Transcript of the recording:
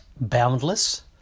boundless